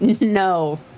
no